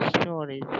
stories